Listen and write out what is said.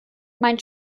mein